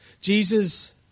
Jesus